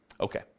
Okay